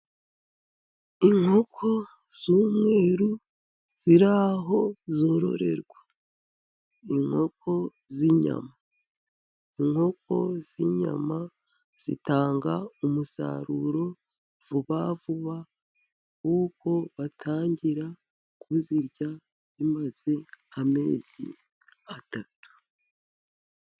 Inkoko z'umweru ziri aho zororerwa. Inkoko z'inyama. Inkoko z'inyama zitanga umusaruro vuba vuba, kuko batangira kuzirya zimaze amezi atatu.